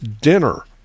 dinner